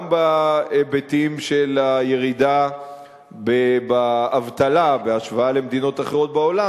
גם בהיבטים של הירידה באבטלה בהשוואה למדינות אחרות בעולם,